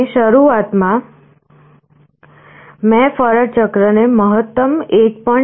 અને શરૂઆતમાં મેં ફરજ ચક્રને મહત્તમ 1